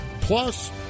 Plus